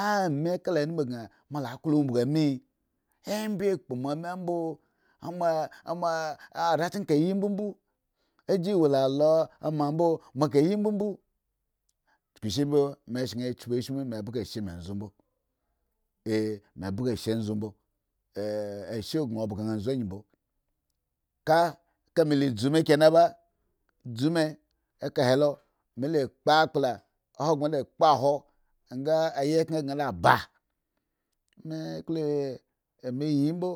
ah ame kala anum kan moa la kloumbugu me ebye kpo moa membo amo amoo are chki ka yimbo mbo a gi wola lo a mambo moa ka yi mbobo chuku shi mbo me shen kpi zhmu me bhhga ashe me andzo gi mbo ka eka me la dzu me kena mba dzu me ekahe lo me la kpoakpla ahogbren la kpohwo nga ayukhren kan la ba me klo eh me yi mbo.